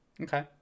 Okay